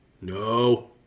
No